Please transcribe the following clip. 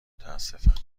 متاسفم